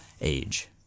age